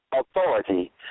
authority